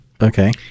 Okay